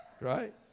right